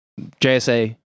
JSA